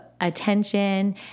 attention